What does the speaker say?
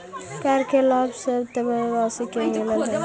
कर के लाभ सब देशवासी के मिलऽ हइ